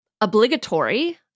obligatory